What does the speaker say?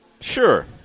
Sure